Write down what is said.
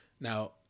Now